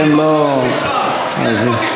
תאמין לי,